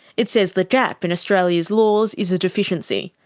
it says the gap in australia's laws is a deficiency.